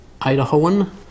Idahoan